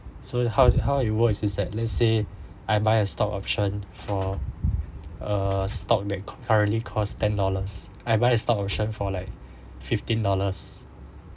so how how it works is that let's say I buy a stock option for a stock that currently cost ten dollars I buy a stock option for like fifteen dollars